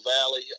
Valley